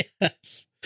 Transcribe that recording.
Yes